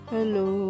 Hello